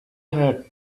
heart